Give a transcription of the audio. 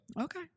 Okay